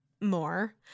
more